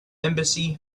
embassy